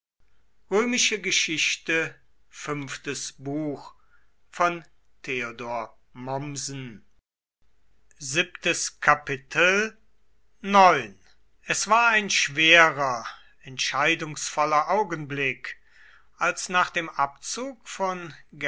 es war ein schwerer entscheidungsvoller augenblick als nach dem abzug von